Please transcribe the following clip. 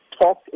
talk